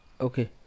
Okay